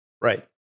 Right